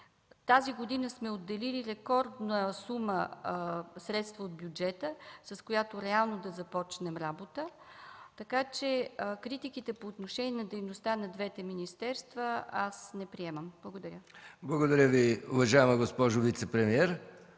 Тази година сме отделили рекордна сума средства от бюджета, с която реално да започнем работа. Така че критиките по отношение на дейността на двете министерства аз не приемам. Благодаря. ПРЕДСЕДАТЕЛ МИХАИЛ МИКОВ: Благодаря, уважаема госпожо вицепремиер.